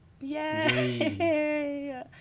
Yay